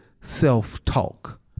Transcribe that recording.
self-talk